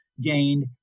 gained